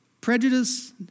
prejudice